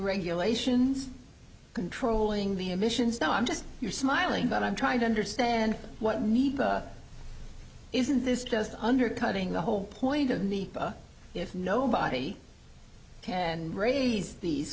regulations controlling the emissions now i'm just you're smiling but i'm trying to understand what needs isn't this just undercutting the whole point of the if nobody can raise these